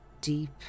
deep